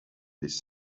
des